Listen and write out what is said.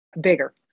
bigger